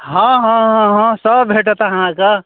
हाँ हाँ हाँ हाँ सभ भेटत अहाँके